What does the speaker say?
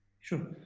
Sure